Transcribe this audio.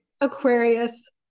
Aquarius